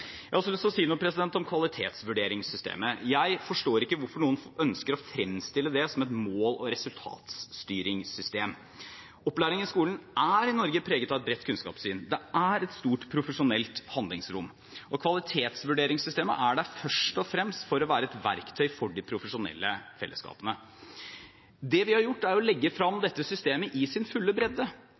Jeg har også lyst til å si noe om kvalitetsvurderingssystemet. Jeg forstår ikke hvorfor noen ønsker å fremstille det som et mål- og resultatstyringssystem. Opplæring i skolen er i Norge preget av et bredt kunnskapssyn. Det er et stort profesjonelt handlingsrom. Kvalitetsvurderingssystemet er der først og fremst for å være et verktøy for de profesjonelle fellesskapene. Det vi har gjort, er å legge frem dette systemet i sin fulle bredde,